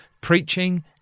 preaching